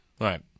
Right